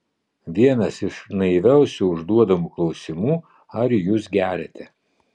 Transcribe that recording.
vienas iš naiviausių užduodamų klausimų ar jūs geriate